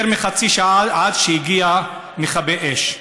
יותר מחצי שעה עד שהגיע מכבי אש.